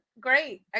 great